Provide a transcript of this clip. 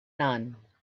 none